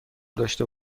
داشته